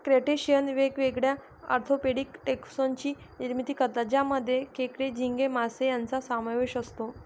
crustacean वेगवेगळ्या orthopaedic taxon ची निर्मिती करतात ज्यामध्ये खेकडे, झिंगे, मासे यांचा समावेश असतो